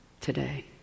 today